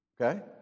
Okay